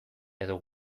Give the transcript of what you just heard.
edo